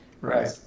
Right